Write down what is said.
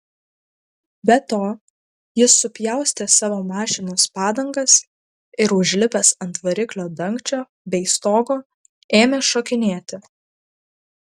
be to jis supjaustė savo mašinos padangas ir užlipęs ant variklio dangčio bei stogo ėmė šokinėti